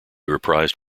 reprised